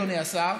אדוני השר,